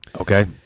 Okay